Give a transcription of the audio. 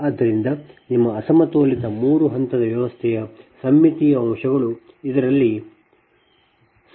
ಆದ್ದರಿಂದ ನಿಮ್ಮ ಅಸಮತೋಲಿತ ಮೂರು ಹಂತದ ವ್ಯವಸ್ಥೆಯ ಸಮ್ಮಿತೀಯ ಅಂಶಗಳು ಇದನ್ನು ಸರಿಯಾಗಿ ಮಾಡುತ್ತವೆ